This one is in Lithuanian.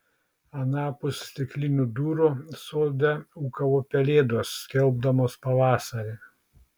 anapus stiklinių durų sode ūkavo pelėdos skelbdamos pavasarį